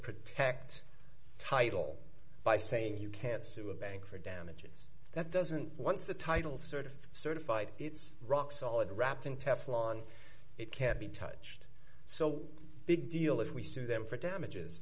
protect title by saying you can't sue a bankrupt damages that doesn't once the title sort of certified it's rock solid wrapped in teflon it can't be touched so big deal if we sue them for damages